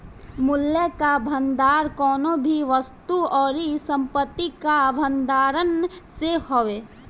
मूल्य कअ भंडार कवनो भी वस्तु अउरी संपत्ति कअ भण्डारण से हवे